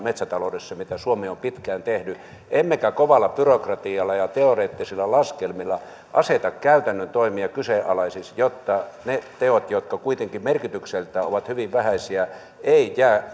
mitä suomi on pitkään tehnyt emmekä kovalla byrokratialla ja teoreettisilla laskelmilla aseta käytännön toimia kyseenalaisiksi jotta ne teot jotka kuitenkin merkitykseltään ovat hyvin vähäisiä eivät jää